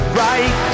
right